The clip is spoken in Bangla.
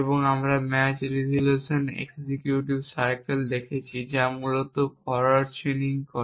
এবং তারপরে আমরা ম্যাচ রিজল্যুশন এক্সিকিউট সাইকেল দেখেছি যা মূলত ফরওয়ার্ড চেইনিং করে